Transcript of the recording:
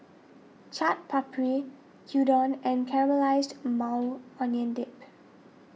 Chaat Papri Gyudon and Caramelized Maui Onion Dip